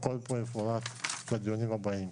הכול יפורט בדיונים הבאים.